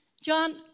John